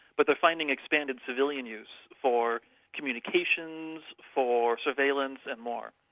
but they're finding expanded civilian use for communications, for surveillance and more.